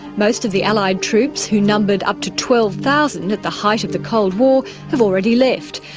most of the allied troops, who numbered up to twelve thousand at the height of the cold war, have already left.